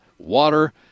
Water